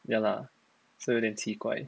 ya lah so 有点奇怪